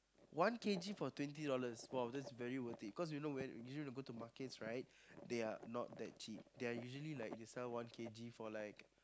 one k_g for twenty dollars !wow! that's very worth it cause when usually you go to markets right they are not that cheap they are usually like they sell one k_g for like